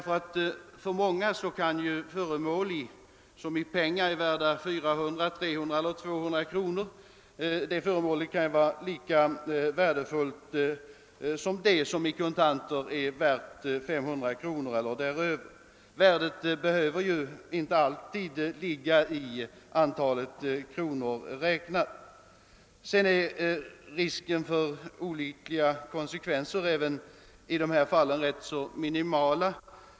För många människor kan föremål som kostar 200, 300 eller 400 kronor vara lika värdefulla som föremål som kostar 500 kronor eller däröver. Ett föremåls värde för en person behöver inte alltid bero på dess värde i kronor räknat. Vidare är risken för olyckliga konsekvenser även i dessa fall rätt minimal.